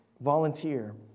volunteer